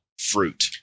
fruit